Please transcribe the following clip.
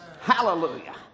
Hallelujah